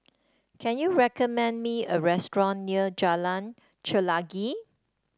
can you recommend me a restaurant near Jalan Chelagi